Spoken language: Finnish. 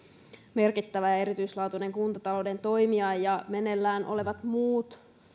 merkittävä ja erityislaatuinen kuntatalouden toimija meneillään olevat muut